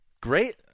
Great